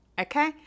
Okay